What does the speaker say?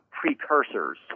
precursors